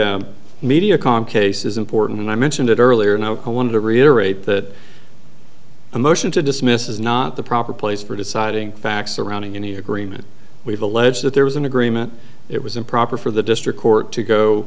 the media com case is important and i mentioned it earlier and i want to reiterate that a motion to dismiss is not the proper place for deciding facts surrounding any agreement we've alleged that there was an agreement it was improper for the district court to go